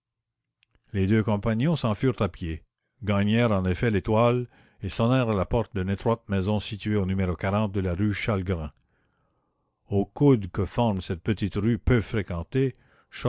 les deux compagnons s'en furent à pied gagnèrent en effet l'étoile et sonnèrent à la porte d'une étroite maison située au numéro de la rue chalgrin au coude que forme cette petite rue peu fréquentée